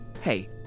Hey